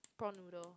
prawn noodle